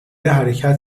حرکت